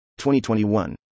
2021